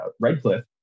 Redcliffe